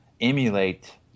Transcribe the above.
emulate